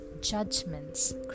judgments